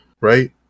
right